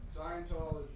Scientology